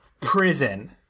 Prison